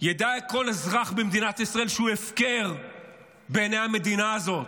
ידע כל אזרח במדינת ישראל שהוא הפקר בעיני המדינה הזאת,